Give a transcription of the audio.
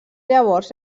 llavors